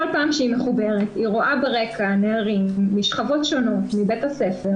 כל פעם שהיא מחוברת היא רואה ברקע נערים משכבות שונות מבית הספר,